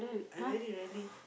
I very rarely